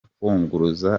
kwunguruza